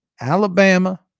Alabama